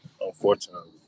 Unfortunately